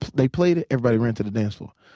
they played it. everybody ran to the dance floor.